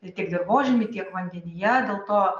ir kiek dirvožemy tiek vandenyje dėl to